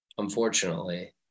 Unfortunately